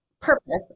purpose